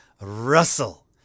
Russell